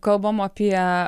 kalbam apie